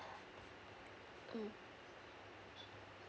um